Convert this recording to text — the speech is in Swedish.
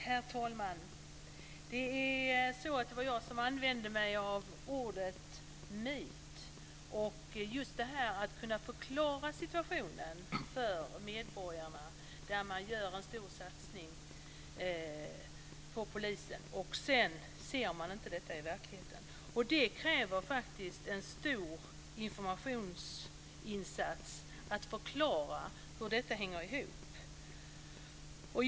Herr talman! Det var jag som använde mig av ordet myt. Det gäller att kunna förklara situationen för medborgarna när man gör en stor satsning på polisen och de inte ser den i verkligheten. Det krävs en stor informationsinsats för att förklara hur detta hänger ihop.